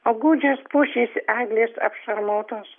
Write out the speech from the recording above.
o gūdžios pušys eglės apšarmotos